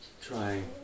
Trying